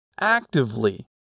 actively